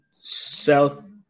South